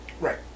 Right